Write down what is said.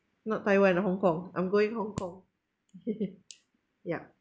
not taiwan hong kong I'm going hong kong yup